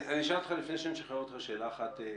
אני אשאל אותך לפני שאני אשחרר אותך שאלה אחת כללית.